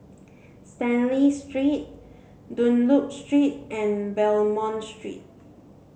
Stanley Street Dunlop Street and Belmont Road